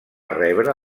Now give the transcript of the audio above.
rebre